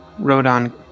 Rodon